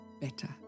Better